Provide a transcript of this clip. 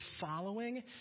following